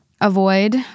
avoid